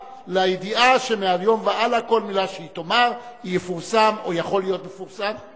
לידיעה שמהיום והלאה כל מלה שהיא תאמר תפורסם או יכולה להיות מפורסמת,